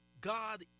God